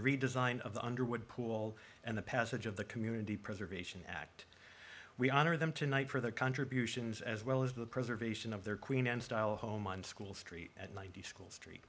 redesigned of the underwood pool and the passage of the community preservation act we honor them tonight for their contributions as well as the preservation of their queen and style home on school street at night the school s